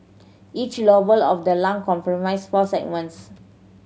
each lobe of the lung comprise four segments